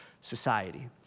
society